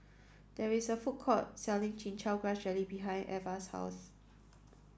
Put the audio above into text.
there is a food court selling chin chow grass jelly behind Eva's house